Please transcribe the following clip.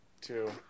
two